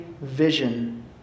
vision